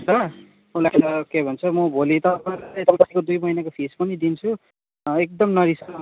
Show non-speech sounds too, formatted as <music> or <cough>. हुन्छ <unintelligible> के भन्छ म भोलि <unintelligible> तपाईँको अस्तिको दुई महिनाको फिस पनि दिन्छु एकदम <unintelligible>